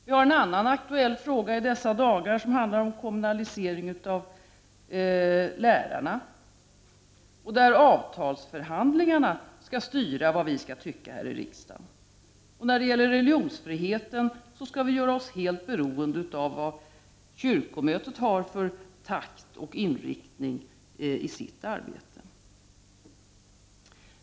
Vi har en annan aktuell fråga i dessa dagar som handlar om kommunaliseringen av lärarna, där avtalsförhandlingarna skall styra vad vi skall tycka här i riksdagen. När det gäller religionsfriheten skall vi göra oss helt beroende av vad kyrkomötet har för takt och inriktning i sitt arbete.